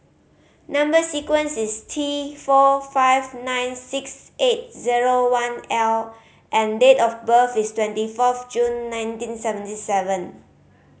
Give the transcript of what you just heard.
number sequence is T four five nine six eight zero one L and date of birth is twenty forth June nineteen seventy seven